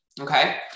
Okay